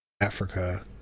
Africa